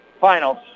finals